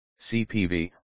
CPV